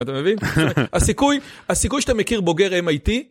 אתה מבין? הסיכוי, הסיכוי שאתה מכיר בוגר א-מ-איי-טי...